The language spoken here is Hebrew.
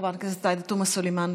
חברת הכנסת עאידה תומא סלימאן,